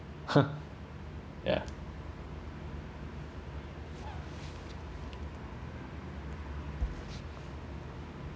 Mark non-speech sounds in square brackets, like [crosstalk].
[laughs] ya